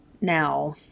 Now